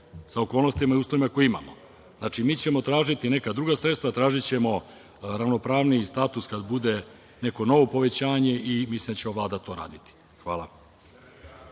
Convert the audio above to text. sa okolnostima i uslovima koje imamo. Znači, tražićemo neka druga sredstva, tražićemo ravnopravniji status kada bude neko novo povećanje i mislim da će ova Vlada to raditi. Hvala.(Boško